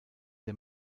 der